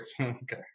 okay